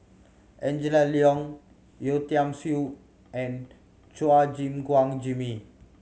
Angela Liong Yeo Tiam Siew and Chua Gim Guan Jimmy